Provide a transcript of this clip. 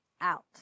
out